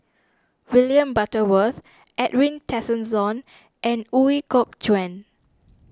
William Butterworth Edwin Tessensohn and Ooi Kok Chuen